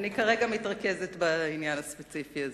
כרגע אני מתרכזת בעניין הספציפי הזה.